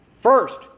First